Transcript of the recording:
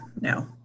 no